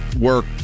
work